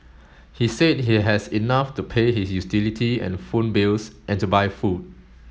he said he has enough to pay his utility and phone bills and to buy food